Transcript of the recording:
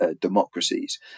democracies